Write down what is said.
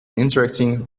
interacting